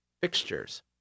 fixtures